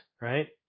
right